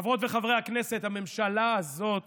חברות וחברי הכנסת, הממשלה הזאת